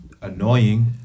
annoying